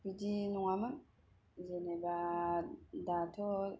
बिदि नङामोन जेनेबा दाथ'